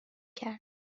کرد